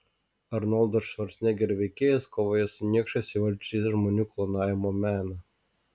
arnoldo švarcnegerio veikėjas kovoja su niekšais įvaldžiusiais žmonių klonavimo meną